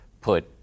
put